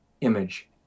image